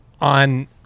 on